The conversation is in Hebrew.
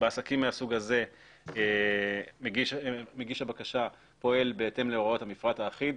בעסקים מהסוג הזה מגיש הבקשה פועל בהתאם להוראות המפרט האחיד.